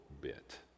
bit